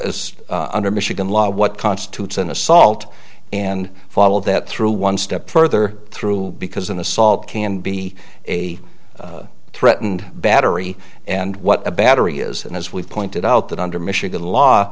is under michigan law what constitutes an assault and follow that through one step further through because an assault can be a threatened battery and what a battery is and as we pointed out that under michigan law